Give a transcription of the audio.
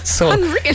Unreal